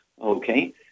okay